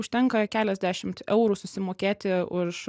užtenka keliasdešimt eurų susimokėti už